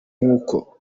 nk’uko